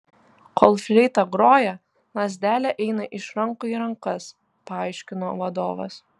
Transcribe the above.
kol fleita groja lazdelė eina iš rankų į rankas paaiškino vadovas